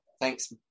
Thanks